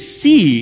see